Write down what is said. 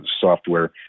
software